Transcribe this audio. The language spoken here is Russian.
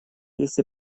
есть